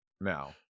now